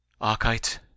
archite